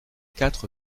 quatre